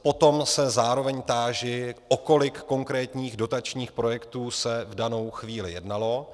Potom se zároveň táži, o kolik konkrétních dotačních projektů se v danou chvíli jednalo.